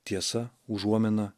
tiesa užuomina